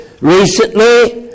recently